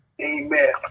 Amen